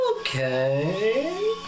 okay